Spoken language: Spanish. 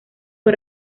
fue